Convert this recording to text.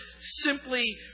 simply